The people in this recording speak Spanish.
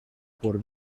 por